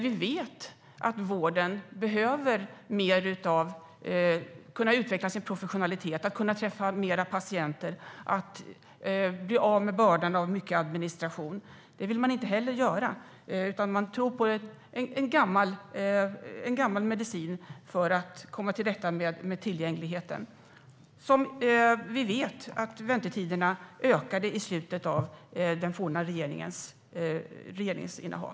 Vi vet att vården behöver kunna utveckla sin professionalitet mer, kunna träffa fler patienter, bli av med bördan av mycket administration. Det vill man inte heller, utan man tror på en gammal medicin för att komma till rätta med tillgängligheten. Vi vet att väntetiderna ökade i slutet av den förra regeringens regeringsinnehav.